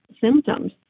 symptoms